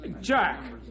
Jack